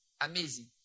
Amazing